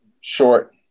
short